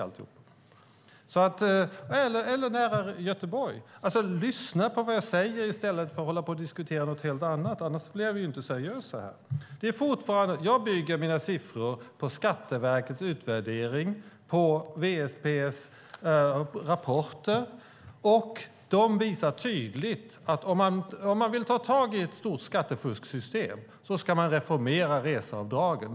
Lyssna på vad jag säger i stället för att hålla på och diskutera något helt annat! Annars blir vi inte seriösa. Jag bygger mina siffror på Skatteverkets utvärdering och på WSP:s rapporter. De visar tydligt att man om man vill ta tag i ett stort skattefusksystem ska reformera reseavdragen.